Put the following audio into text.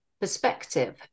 perspective